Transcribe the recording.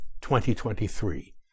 2023